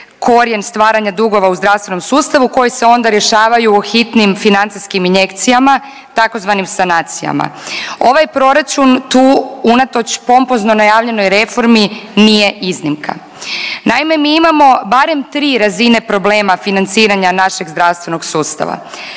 korijen stvaranja dugova u zdravstvenom sustavu koji se onda rješavaju hitnim financijskim injekcijama tzv. sanacijama. Ovaj proračun tu unatoč pompozno najavljenoj reformi nije iznimka. Naime, mi imamo barem 3 razine problema financiranja našeg zdravstvenog sustava.